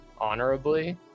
honorably